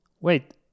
wait